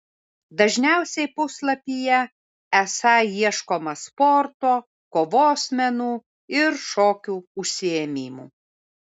dažniausiai puslapyje esą ieškoma sporto kovos menų ir šokių užsiėmimų